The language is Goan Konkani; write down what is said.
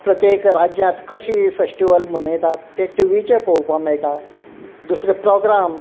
प्रत्येक राज्यांत कशी फेस्टिवल मनयतात तें टिवीचेर पोवपाक मेळटा दुसरे प्रोग्राम